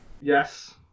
Yes